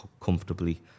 comfortably